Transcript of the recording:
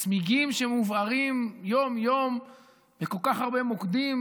על הצמיגים שמובערים יום-יום בכל כך הרבה מוקדים,